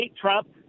Trump